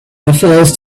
refers